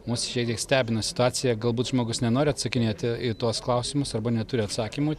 mus šiek tiek stebina situacija galbūt žmogus nenori atsakinėti į tuos klausimus arba neturi atsakymų